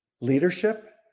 leadership